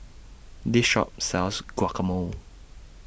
This Shop sells Guacamole